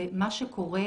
מה שקורה,